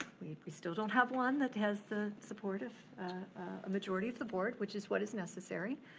we still don't have one that has the support of a majority of the board, which is what is necessary.